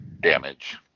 damage